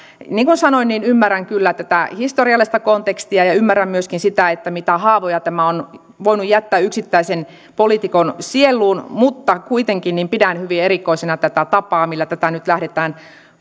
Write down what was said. niin kuin sanoin ymmärrän kyllä tätä historiallista kontekstia ja ymmärrän myöskin sitä mitä haavoja tämä on voinut jättää yksittäisen poliitikon sieluun mutta kuitenkin pidän hyvin erikoisena tätä tapaa millä tätä nyt lähdetään